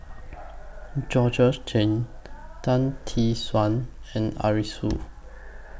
Georgette Chen Tan Tee Suan and Arasu